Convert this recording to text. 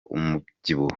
umubyibuho